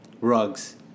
Rugs